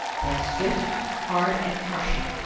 then, swift, hard and crushing,